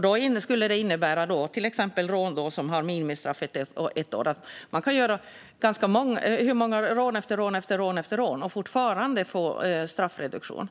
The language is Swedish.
Det skulle innebära att för till exempel rån, för vilket minimistraffet är ett år, kan man begå rån efter rån och fortfarande få straffreduktion.